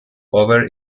over